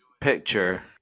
picture